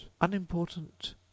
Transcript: Unimportant